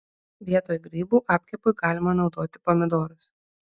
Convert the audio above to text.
vietoj grybų apkepui galima naudoti pomidorus